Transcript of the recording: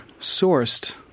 sourced